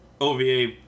OVA